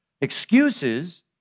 Excuses